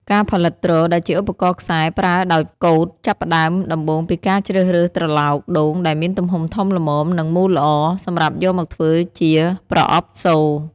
ការផលិត ទ្រ ដែលជាឧបករណ៍ខ្សែប្រើដោយកូត ចាប់ផ្ដើមដំបូងពីការជ្រើសរើសត្រឡោកដូងដែលមានទំហំធំល្មម និងមូលល្អ សម្រាប់យកមកធ្វើជាប្រអប់សូរ។